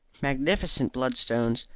magnificent bloodstones,